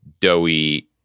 doughy